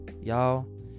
Y'all